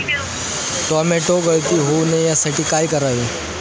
Tomato गळती होऊ नये यासाठी काय करावे?